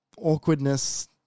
Awkwardness